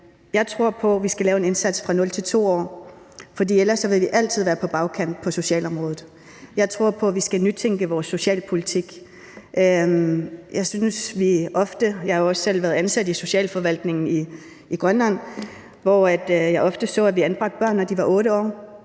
Jeg tror på, vi skal lave en indsats fra 0 til 2 år, for ellers vil vi altid være på bagkant på socialområdet. Jeg tror på, at vi skal nytænke vores socialpolitik. Jeg har ofte set – og jeg har også selv været ansat i socialforvaltningen i Grønland – at vi anbragte børn, når de var 8 år.